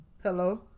Hello